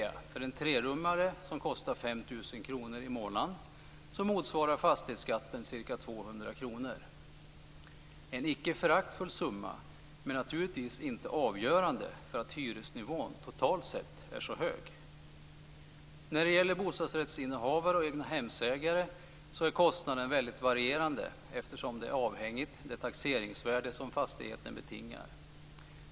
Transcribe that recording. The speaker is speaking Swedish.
För en trerummare som kostar 5 000 kr i månaden motsvarar alltså fastighetsskatten ca 200 kr. Det är en icke föraktlig summa, men den är naturligtvis inte avgörande för att hyresnivån totalt sett är så hög. När det gäller bostadsrättsinnehavare och egnahemsägare är kostnaden väldigt varierande eftersom den är avhängig det taxeringsvärde som fastigheten betingar.